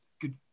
Good